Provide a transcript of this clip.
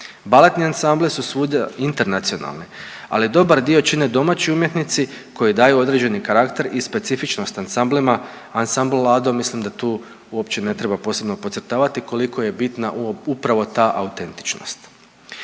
Baletni ansambli su svuda internacionalni, ali dobar dio čine domaći umjetnici koji daju određeni karakter i specifičnost ansamblima, ansambl Lado mislim da tu uopće ne treba posebno podcrtavati koliko je bitna upravo ta autentičnost.